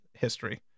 History